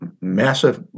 massive